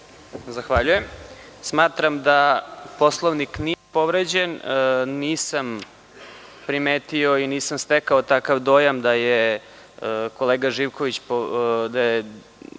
Zahvaljujem. Smatram da Poslovnik nije povređen. Nisam primetio i nisam stekao takav dojam da se kolega Živković